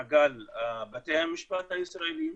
מעגל בתי המשפט הישראליים,